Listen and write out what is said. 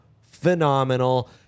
phenomenal